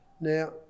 Now